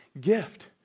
gift